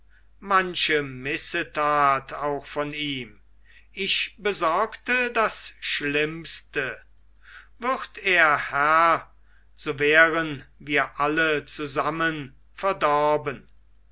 manche missetat auch von ihm ich besorgte das schlimmste würd er herr so wären wir alle zusammen verdorben